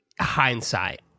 hindsight